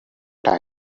time